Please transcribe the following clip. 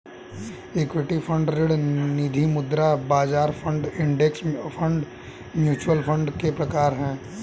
equity fund ऋण निधिमुद्रा बाजार fund index fund mutual fund के प्रकार हैं